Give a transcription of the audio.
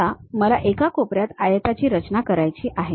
आता मला एका कोपऱ्यात आयताची रचना करायची आहे